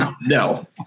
No